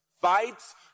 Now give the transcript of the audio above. Fights